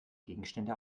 gegenstände